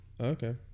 Okay